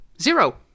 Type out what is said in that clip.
Zero